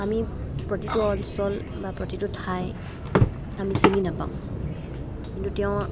আমি প্ৰতিটো অঞ্চল বা প্ৰতিটো ঠাই আমি চিনি নাপাওঁ কিন্তু তেওঁ